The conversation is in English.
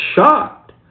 shocked